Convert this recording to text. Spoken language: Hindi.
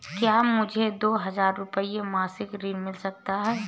क्या मुझे दो हज़ार रुपये मासिक ऋण मिल सकता है?